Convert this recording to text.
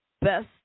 best